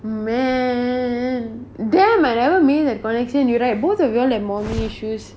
mandamn wherever means like punishing you right both of you all like mommy issues